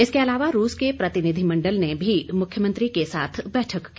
इसके अलावा रूस के प्रतिनिधिमंडल ने भी मुख्यमंत्री के साथ बैठक की